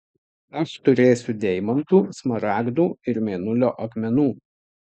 aš turėsiu deimantų smaragdų ir mėnulio akmenų